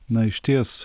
na išties